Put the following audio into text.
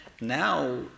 Now